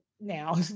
Now